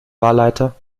wahlleiter